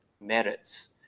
merits